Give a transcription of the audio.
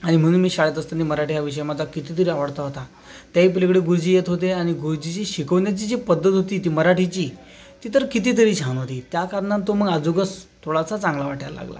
आणि म्हणून मी शाळेत असताना मराठी हा विषय माझा कितीतरी आवडता होता त्याही पलीकडे गुरुजी येत होते आणि गुरुजीची शिकवण्याची जी पद्धत होती ती मराठीची ती तर कितीतरी छान होती त्या कारणात तो मग अजोगस थोडासा चांगला वाटायला लागला